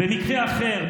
במקרה אחר,